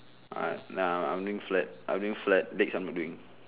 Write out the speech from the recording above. I nah I'm doing flat legs I'm not doing